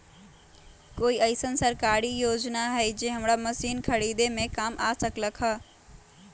कोइ अईसन सरकारी योजना हई जे हमरा मशीन खरीदे में काम आ सकलक ह?